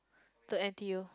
to n_t_u